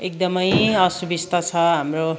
एकदमै असुबिस्ता छ हाम्रो